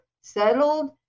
settled